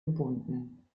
gebunden